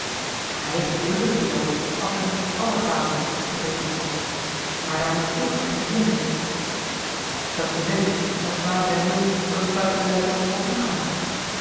hij heeft het dubbele beloofd als wij met ons allen kwamen verbeterde hans maar daar michiel er geen zin in heeft dat's te zeggen als valentijn wil dat het buiten den luitenant zal omgaan